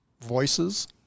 voices